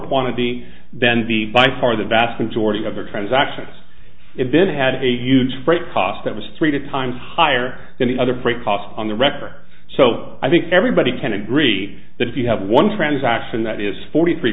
quantity than the by far the vast majority of the transactions then had a huge freight cost that was three times higher than the other freight costs on the record so i think everybody can agree that if you have one transaction that is forty three